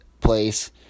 place